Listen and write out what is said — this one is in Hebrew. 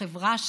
את החברה,